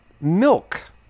milk